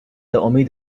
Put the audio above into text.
امید